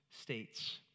states